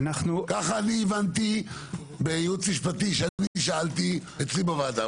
ככה אני הבנתי מהייעוץ המשפטי כשאני שאלתי אצלי בוועדה.